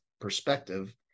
perspective